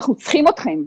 אנחנו צריכים אתכם.